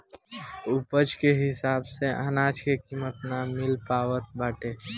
उपज के हिसाब से अनाज के कीमत ना मिल पावत बाटे